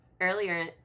earlier